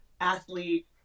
athlete